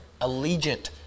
allegiant